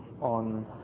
on